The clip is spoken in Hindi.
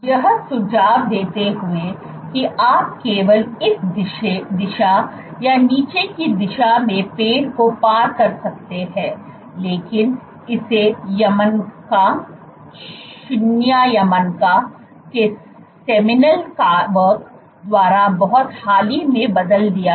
यह सुझाव देते हुए कि आप केवल इस दिशा या नीचे की दिशा में पेड़ को पार कर सकते हैं लेकिन इसे यमनका Yamanaka शिन्या यामानाका के सेमिनल कार्य द्वारा बहुत हाल ही में बदल दिया गया